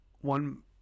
one